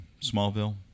Smallville